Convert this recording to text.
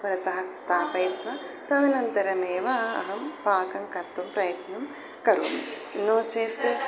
पुरतः स्थापयित्वा तदनन्तरमेव अहं पाकङ्कर्तुं प्रयत्नं करोमि नो चेत्